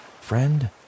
Friend